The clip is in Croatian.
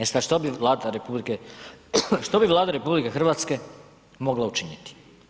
E sad što bi Vlada RH, što bi Vlada RH mogla učiniti?